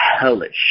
hellish